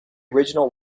original